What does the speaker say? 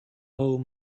whole